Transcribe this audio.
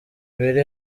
biri